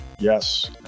Yes